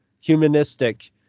humanistic